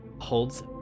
holds